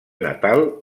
natal